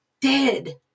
dead